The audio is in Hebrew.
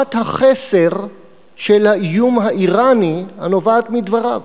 להערכת החסר של האיום האירני הנובעת מדבריו.